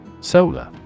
Solar